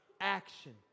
action